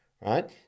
Right